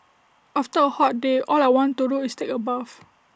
after A hot day all I want to do is take A bath